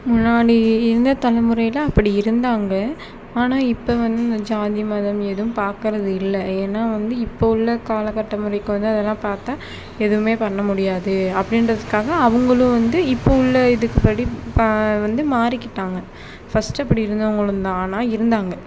முன்னாடி இருந்த தலைமுறையில் அப்படி இருந்தாங்க ஆனால் இப்போ வந்து இந்த ஜாதி மதம் எதுவும் பார்க்குறது இல்லை ஏன்னால் வந்து இப்போ உள்ள காலகட்டம் வரைக்கும் இதை எல்லாம் பார்த்தா எதுவுமே பண்ண முடியாது அப்படின்றதுக்காக அவங்களும் வந்து இப்போ உள்ள இதுக்குபடி இப்போ வந்து மாறிக்கிட்டாங்க ஃபர்ஸ்ட்டு அப்படி இருந்தவங்களும் தான் ஆனால் இருந்தாங்க